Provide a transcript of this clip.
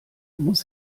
muss